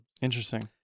Interesting